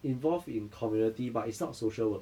involved in community but it's not social work